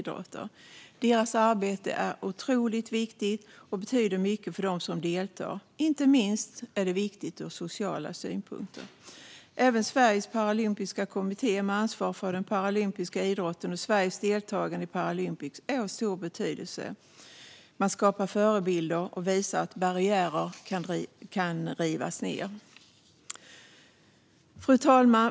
Deras arbete är otroligt viktigt och betyder mycket för dem som deltar, inte minst ur social synvinkel. Även Sveriges Paralympiska kommitté, som har ansvar för den paralympiska idrotten och Sveriges deltagande i Paralympics, har stor betydelse. Man skapar förebilder och visar att barriärer kan rivas ned. Fru talman!